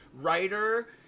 writer